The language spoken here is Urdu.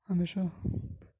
ہمیشہ